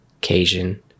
Cajun